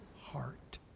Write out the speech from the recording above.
heart